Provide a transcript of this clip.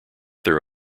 their